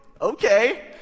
Okay